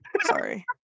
Sorry